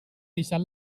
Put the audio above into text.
deixat